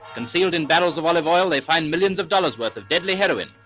concealed in barrels of olive oil, they find millions of dollars' worth of deadly heroin,